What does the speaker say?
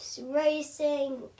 racing